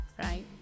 Right